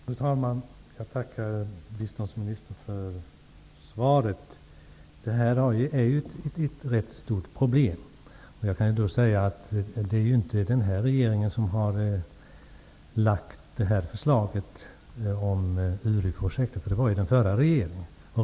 Fru talman! Jag tackar biståndsministern för svaret. Det här är ju ett rätt stort problem. Det var inte den nuvarande regeringen som lade fram förslaget om Uriprojektet, utan den förra regeringen.